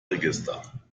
register